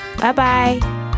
Bye-bye